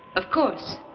of course.